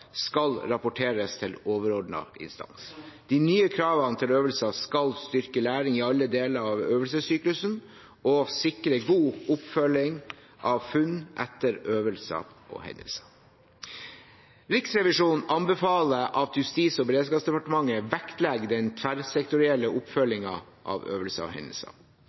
skal rapporteres til overordnet instans. De nye kravene til øvelser skal styrke læring i alle deler av øvelsessyklusen og sikre god oppfølging av funn etter øvelser og hendelser. Riksrevisjonen anbefaler at Justis- og beredskapsdepartementet vektlegger den tverrsektorielle oppfølgingen av øvelser og hendelser.